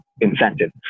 incentive